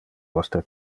vostre